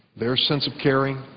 their sense of caring,